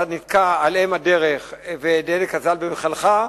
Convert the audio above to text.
אתה נתקע על אם הדרך ודלק אזל במכלך,